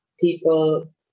people